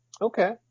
Okay